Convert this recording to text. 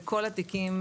וכל התיקים,